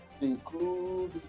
include